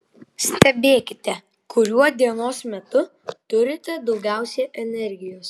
stebėkite kuriuo dienos metu turite daugiausiai energijos